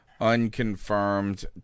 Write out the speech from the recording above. Unconfirmed